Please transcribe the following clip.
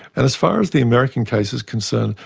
and as far as the american case is concerned,